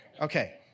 Okay